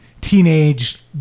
teenage